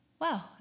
wow